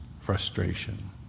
frustration